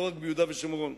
לא רק ביהודה ושומרון,